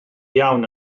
iawn